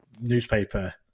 newspaper